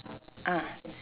ah